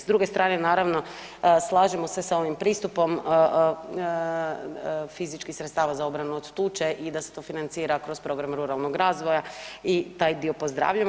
S druge strane naravno slažemo se sa ovim pristupom fizičkih sredstava za obranu od tuče i da se to financira kroz program ruralnog razvoja i taj dio pozdravljamo.